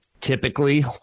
Typically